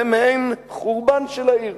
זה מעין חורבן של העיר.